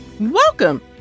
Welcome